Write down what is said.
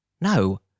No